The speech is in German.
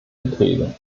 beträge